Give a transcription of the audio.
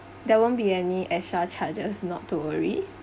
there won't be any extra charges not to worry